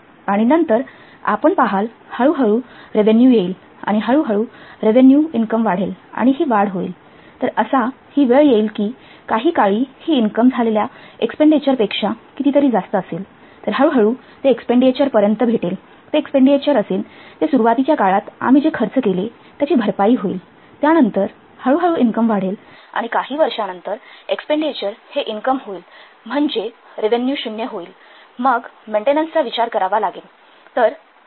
आणि नंतर आपण पहाल हळूहळू रेव्हेन्यू येईल आणि हळूहळू रेव्हेन्यू इनकम वाढेल आणि ही वाढ होईल तर असा ही वेळ येईल कि काही वेळी ही इनकम झालेल्या एक्सपेंडीएचरपेक्षा कितीतरी जास्त असेल तर हळूहळू ते एक्सपेंडीएचरपर्यंत भेटेल ते एक्सपेंडीएचर असेन ते सुरुवातीच्या काळात आम्ही जे खर्च केले त्याची भरपाई होईल त्यानंतर हळूहळू इनकम वाढेल आणि काही वर्षांनंतर एक्सपेंडीएचर हे इनकम होईल म्हणजे म्हणजे रेव्हेन्यू 0 होईल मग मेन्टेनन्स विचार करावा लागेन